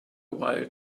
while